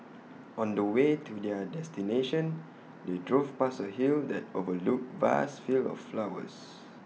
on the way to their destination they drove past A hill that overlooked vast fields of sunflowers